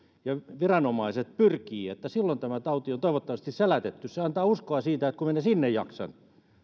ja viranomaiset pyrkivät niin silloin tämä tauti on toivottavasti selätetty se antaa sitä uskoa että sinne minä jaksan